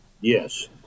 yes